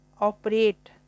operate